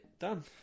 Done